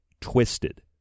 twisted